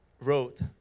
wrote